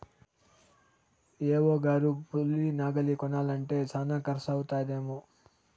AO గారు ఉలి నాగలి కొనాలంటే శానా కర్సు అయితదేమో